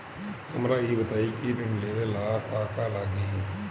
हमरा ई बताई की ऋण लेवे ला का का लागी?